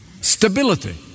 Stability